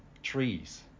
trees